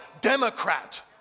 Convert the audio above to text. Democrat